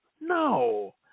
No